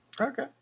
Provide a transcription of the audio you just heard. Okay